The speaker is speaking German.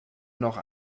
noch